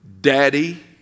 daddy